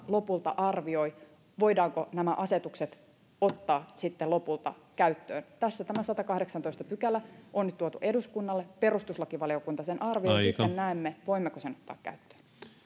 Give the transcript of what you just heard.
lopulta arvioi voidaanko nämä asetukset ottaa sitten lopulta käyttöön tässä tämä sadaskahdeksastoista pykälä on nyt tuotu eduskunnalle perustuslakivaliokunta sen arvioi ja sitten näemme voimmeko sen ottaa käyttöön